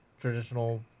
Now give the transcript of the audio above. traditional